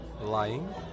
Lying